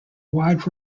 wide